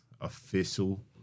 official